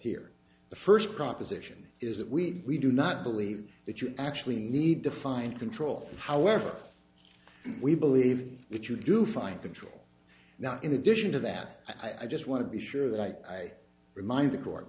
the first proposition is that we do not believe that you actually need to find control however we believe that you do fine control now in addition to that i just want to be sure that i remind the court